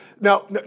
Now